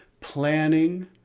planning